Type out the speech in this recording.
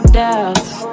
doubts